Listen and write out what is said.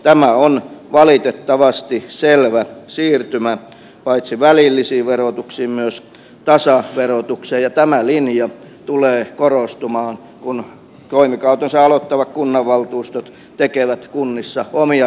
tämä on valitettavasti selvä siirtymä paitsi välillisiin verotuksiin myös tasaverotukseen ja tämä linja tulee korostumaan kun toimikautensa aloittavat kunnanvaltuustot tekevät kunnissa omia ratkaisujaan